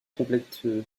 complexe